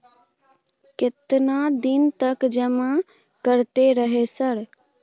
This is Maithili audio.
केतना दिन तक जमा करते रहे सर?